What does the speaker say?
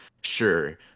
sure